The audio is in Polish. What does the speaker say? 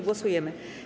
Głosujemy.